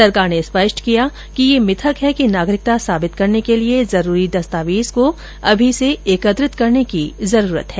सरकार ने स्पष्ट किया है कि यह मिथक है कि नागरिकता साबित करने के लिए जरूरी दस्तावेज को अमी से एकत्रित करने की जरूरत है